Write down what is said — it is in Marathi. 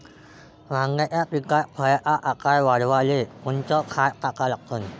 वांग्याच्या पिकात फळाचा आकार वाढवाले कोनचं खत टाका लागन?